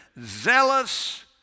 zealous